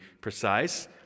precise